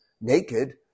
naked